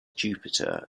jupiter